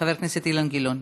אילן גילאון.